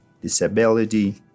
disability